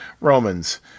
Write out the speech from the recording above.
romans